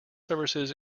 services